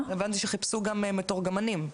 הבנתי שחיפשו מתורגמנים.